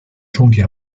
重点